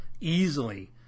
easily